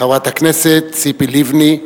חברת הכנסת ציפי לבני.